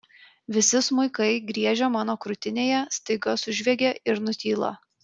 visi smuikai griežę mano krūtinėje staiga sužviegia ir nutyla